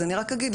אז אני רק אגיד,